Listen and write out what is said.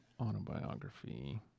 autobiography